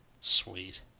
sweet